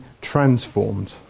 transformed